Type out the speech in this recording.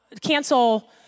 cancel